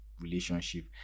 relationship